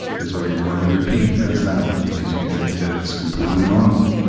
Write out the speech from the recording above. is what you're going to repeat as an adult, because you think that it's completely normal,